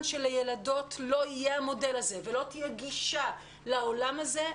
שלילדות לא יהיה המודל הזה ולא תהיה הגישה לעולם הזה,